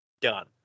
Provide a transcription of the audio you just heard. done